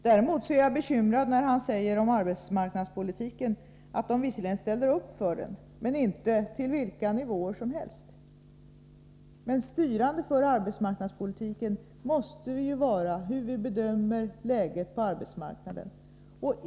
Däremot är jag bekymrad när han säger om arbetsmarknadspolitiken att man visserligen ställer upp för den, men inte till vilka nivåer som helst. Styrande för arbetsmarknadspolitiken måste ju vara hur vi bedömer läget på arbetsmarknaden.